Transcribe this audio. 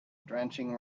drenching